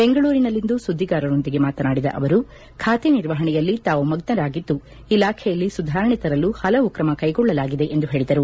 ಬೆಂಗಳೂರಿನಲ್ಲಿಂದು ಸುದ್ದಿಗಾರರೊಂದಿಗೆ ಮಾತನಾಡಿದ ಅವರು ಖಾತೆ ನಿರ್ವಹಣೆಯಲ್ಲಿ ತಾವು ಮಗ್ನರಾಗಿದ್ದು ಇಲಾಖೆಯಲ್ಲಿ ಸುಧಾರಣೆ ತರಲು ಪಲವು ಕ್ರಮ ಕೈಕೊಳ್ಳಲಾಗಿದೆ ಎಂದು ಹೇಳಿದರು